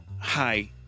Hi